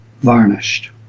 varnished